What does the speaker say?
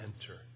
enter